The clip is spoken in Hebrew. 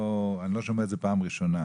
אני לא שומע את זה פעם ראשונה.